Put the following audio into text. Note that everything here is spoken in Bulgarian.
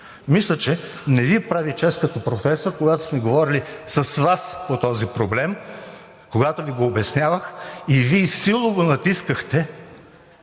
мисля, че не Ви прави чест като професор. Когато сме говорили с Вас по този проблем, когато Ви го обяснявах, Вие силово натискахте